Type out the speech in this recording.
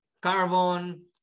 carbon